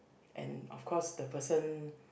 and of course the person